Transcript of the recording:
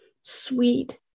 sweet